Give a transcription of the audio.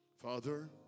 Father